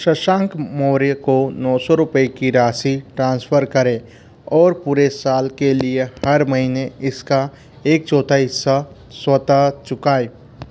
शशांक मौर्य को नौ सौ रुपये की राशि ट्रांसफ़र करें और पूरे साल के लिए हर महीने इसका एक चौथाई हिस्सा स्वतः चुकाएं